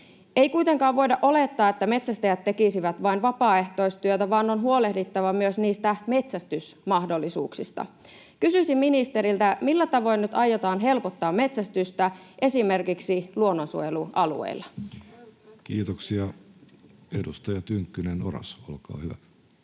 Ei kuitenkaan voida olettaa, että metsästäjät tekisivät vain vapaaehtoistyötä, vaan on huolehdittava myös niistä metsästysmahdollisuuksista. Kysyisin ministeriltä: millä tavoin nyt aiotaan helpottaa metsästystä esimerkiksi luonnonsuojelualueilla? [Speech 332] Speaker: Jussi Halla-aho